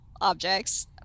objects